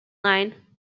line